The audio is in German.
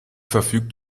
verfügt